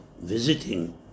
visiting